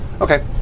Okay